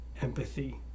empathy